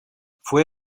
fue